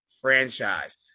franchise